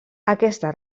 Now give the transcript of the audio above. aquesta